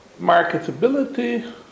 marketability